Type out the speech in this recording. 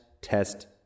test